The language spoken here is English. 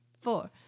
four